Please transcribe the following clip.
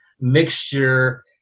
mixture